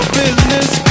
business